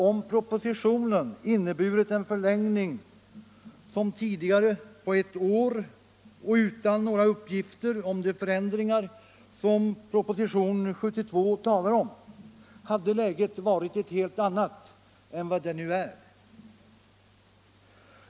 Om propositionen inneburit en förlängning såsom tidigare på ett år utan några uppgifter om de förändringar som propositionen 72 talar om, hade läget varit ett helt annat än vad det nu är.